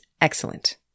excellent